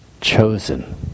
chosen